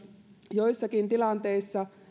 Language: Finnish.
joissakin tilanteissa